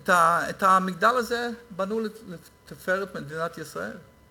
את המגדל הזה בנו לתפארת מדינת ישראל,